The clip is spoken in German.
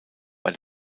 bei